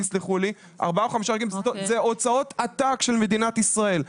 תסלחו לי, זה הוצאות עתק של מדינת ישראל.